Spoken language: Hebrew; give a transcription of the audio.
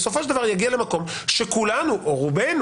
יגיע בסופו של דבר למקום שכולנו או רובנו,